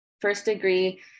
first-degree